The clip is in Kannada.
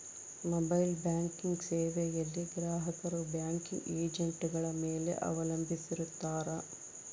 ಮೊಬೈಲ್ ಬ್ಯಾಂಕಿಂಗ್ ಸೇವೆಯಲ್ಲಿ ಗ್ರಾಹಕರು ಬ್ಯಾಂಕಿಂಗ್ ಏಜೆಂಟ್ಗಳ ಮೇಲೆ ಅವಲಂಬಿಸಿರುತ್ತಾರ